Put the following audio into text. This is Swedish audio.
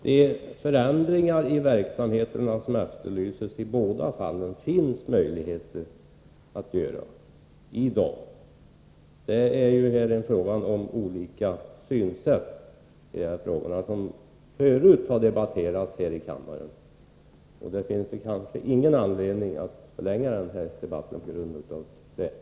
Fru talman! Redan i dag finns det möjligheter att göra båda de förändringar i verksamheten som efterlyses. Det är här fråga om olika synsätt, som tidigare har debatterats i kammaren. Det finns kanske ingen anledning att förlänga denna debatt på grund av dessa skilda synsätt.